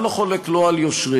אני לא חולק לא על יושרך,